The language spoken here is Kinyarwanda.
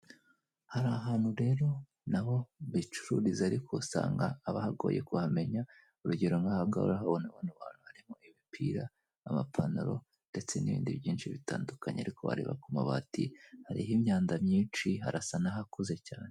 Hari ahantu rero na bo bicururiza, ariko usanga haba hagoye kuhamenya; urugero nk'aha ngaha urahabona abantu, hari imipira n'amapantalo ndetse n'ibindi byinshi bitandukanye; ariko wareba ku mabati hariho imyanda myinshi, harasa n'ahakuze cyane.